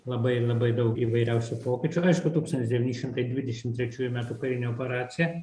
labai labai daug įvairiausių pokyčių aišku tūkstantsi devyni šimtai dvidešim trečiųjų metų karinė operacija